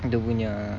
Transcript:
dia punya